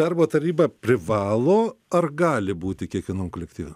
darbo taryba privalo ar gali būti kiekvienam kolektyve